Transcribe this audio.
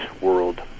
world